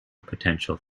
potential